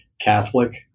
Catholic